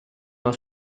alla